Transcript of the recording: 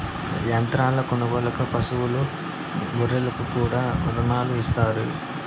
యంత్రాల కొనుగోలుకు పశువులు గొర్రెలకు కూడా రుణాలు ఇత్తారు